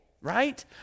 right